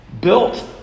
built